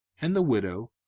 and the widow,